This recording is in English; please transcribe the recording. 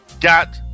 got